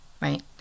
right